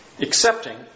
Accepting